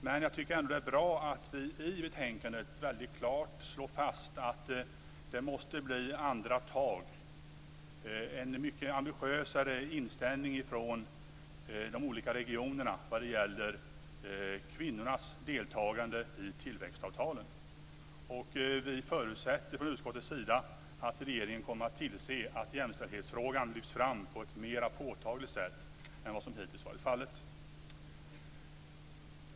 Men jag tycker ändå att det är bra att vi i betänkandet klart slår fast att det måste bli andra tag, en mycket ambitiösare inställning från de olika regionerna vad gäller kvinnornas deltagande i tillväxtavtalen. Från utskottets sida förutsätter vi att regeringen kommer att tillse att jämställdhetsfrågan lyfts fram på ett mer påtagligt sätt än vad som hittills varit fallet.